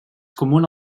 comuna